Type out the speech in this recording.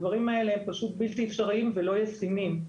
הדברים האלה הם פשוט בלתי אפשריים ולא ישימים.